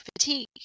fatigue